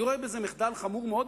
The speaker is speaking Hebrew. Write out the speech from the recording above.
אני רואה בזה מחדל חמור מאוד,